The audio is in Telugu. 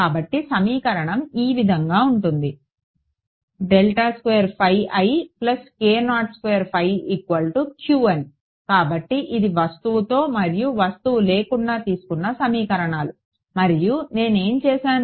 కాబట్టి సమీకరణం ఈ విధంగా ఉంటుంది కాబట్టి ఇది వస్తువుతో మరియు వస్తువు లేకుండా తీసుకున్న సమీకరణాలు మరియు నేను ఏమి చేసాను